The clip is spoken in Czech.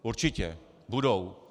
Určitě, budou.